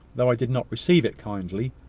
though i did not receive it kindly,